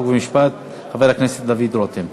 חוק ומשפט חבר הכנסת דוד רותם.